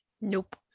Nope